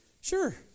Sure